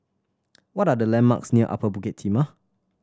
what are the landmarks near Upper Bukit Timah